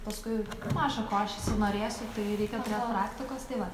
paskui maža ko aš įsinorėsiu tai reikia turėt praktikos tai vat